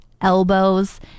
elbows